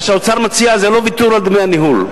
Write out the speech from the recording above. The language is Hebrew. מה שהאוצר מציע זה לא ויתור על דמי הניהול.